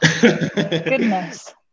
goodness